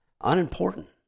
unimportant